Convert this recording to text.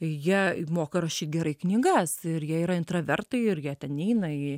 jie moka rašyt gerai knygas ir jie yra intravertai ir jie ten neina ji